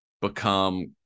Become